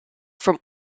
from